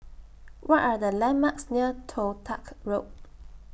What Are The landmarks near Toh Tuck Road